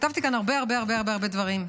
כתבתי כאן הרבה הרבה הרבה דברים.